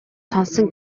сонссон